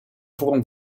vorm